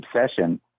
obsession